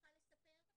שיוכל לספר.